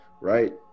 right